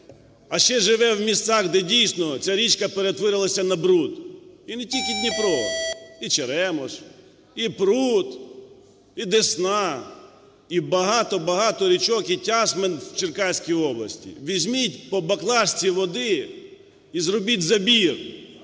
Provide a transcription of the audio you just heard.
а ще живе в містах, де дійсно ця річка перетворилася на бруд, і не тільки Дніпро, і Черемош, і Прут, і Десна, і багато-багато річок, і Тясмин в Черкаській області. Візьміть по баклажці води і зробіть забір